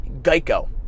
Geico